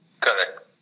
Correct